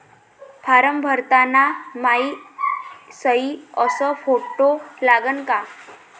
Form भरताना मायी सयी अस फोटो लागन का?